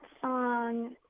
song